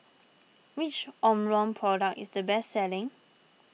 which Omron product is the best selling